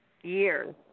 years